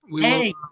Hey